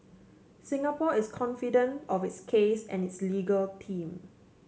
Singapore is confident of its case and its legal team